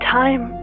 time